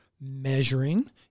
measuring